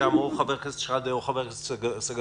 או חבר הכנסת שחאדה או חבר הכנסת סגלוביץ',